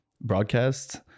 broadcast